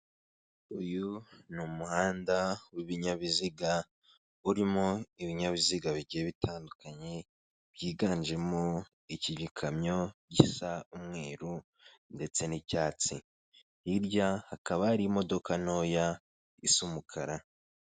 Uyu ni umuhanda w'ibinyabiziga urimo ibinyabiziga bigiye bitandukanye, byiganjemo iki gikamyo gisa umweru ndetse n'icyatsi, hirya hakaba hari imodoka ntoya isa umukara.